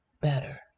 better